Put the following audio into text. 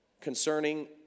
concerning